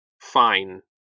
fine